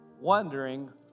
wondering